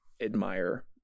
admire